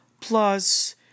Plus